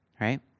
right